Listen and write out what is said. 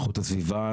איכות הסביבה,